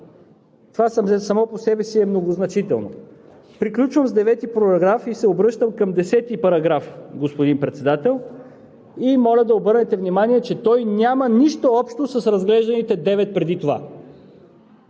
Това само по себе си е многозначително. Приключвам с § 9 и се обръщам към § 10, господин Председател, и моля да обърнете внимание, че той няма нищо общо с разглежданите девет преди това.